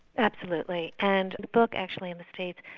absolutely, and the book actually in the states,